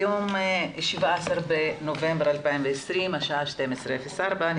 היום ה-17 בנובמבר 2020. השעה 12:04. אני